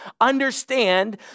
Understand